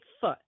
foot